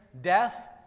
death